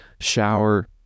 shower